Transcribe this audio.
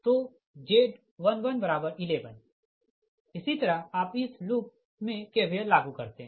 तोZ1111 इसी तरह आप इस लूप मे KVL लागू करते है